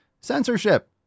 censorship